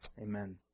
Amen